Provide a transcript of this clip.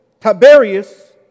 Tiberius